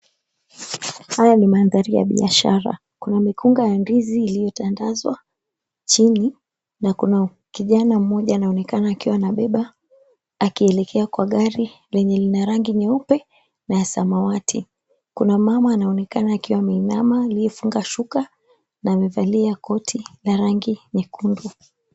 Haya ni mandhari ya biashara. Kuna mikonga ya ndizi iliyotandazwa chini na kuna kijana moja anayeonekana amebeba akielekea kwa gari lenye lina rangi nyeupe na samawati. Kuna mama anaonekana akiwa ameinama aliyefunga shuka na amevalia koti la rangi nyekundu.